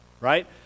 right